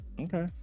Okay